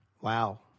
Wow